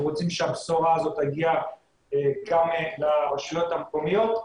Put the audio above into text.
רוצים שהבשורה הזו תגיע גם לרשויות המקומיות.